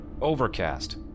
Overcast